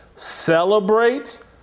celebrates